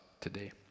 today